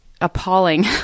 appalling